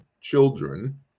children